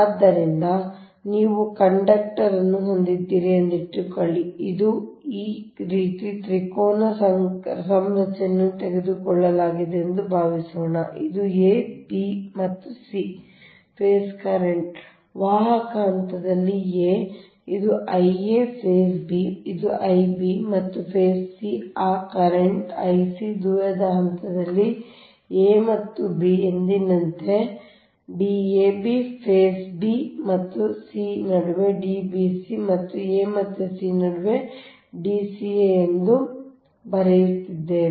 ಆದ್ದರಿಂದ ನೀವು ಕಂಡಕ್ಟರ್ ಅನ್ನು ಹೊಂದಿದ್ದೀರಿ ಎಂದಿಟ್ಟುಕೊಳ್ಳಿ ಇದು ಈ ರೀತಿ ತ್ರಿಕೋನ ಸಂರಚನೆಯನ್ನು ತೆಗೆದುಕೊಳ್ಳಲಾಗಿದೆ ಎಂದು ಭಾವಿಸೋಣ ಇದು a ಇದು b ಮತ್ತು ಇದು c ಫೇಸ್ ಕರೆಂಟ್ ವಾಹಕ ಹಂತದಲ್ಲಿ a ಇದು Ia ಫೇಸ್ b ಇದು Ib ಮತ್ತು ಫೇಸ್ c ಆ ಕರೆಂಟ್ Ic ದೂರದ ಹಂತದಲ್ಲಿ a ಮತ್ತು b ಎಂದಿನಂತೆ ಅದು Dab ಫೇಸ್ b ಮತ್ತು c ನಡುವೆ Dbc ಮತ್ತು a ಮತ್ತು c ನಡುವೆ ನಾವು Dca ಎಂದು ಬರೆಯುತ್ತಿದ್ದೇವೆ